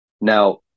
Now